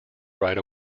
right